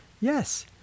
Yes